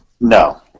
No